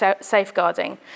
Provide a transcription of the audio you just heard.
safeguarding